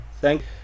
Thank